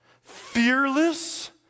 fearless